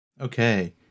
Okay